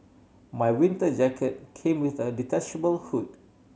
my winter jacket came with a detachable hood